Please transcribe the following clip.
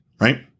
right